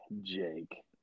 Jake